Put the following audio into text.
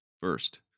first